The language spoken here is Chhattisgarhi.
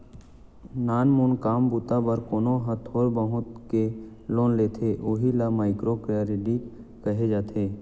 नानमून काम बूता बर कोनो ह थोर बहुत के लोन लेथे उही ल माइक्रो करेडिट कहे जाथे